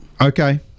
Okay